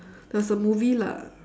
there was a movie lah